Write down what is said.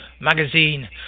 magazine